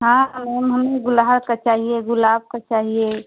हाँ मैम हमें गुलहड़ का चाहिए गुलाब का चाहिए